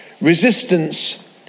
Resistance